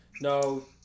No